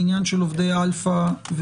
בעניין של עובדי פלאפון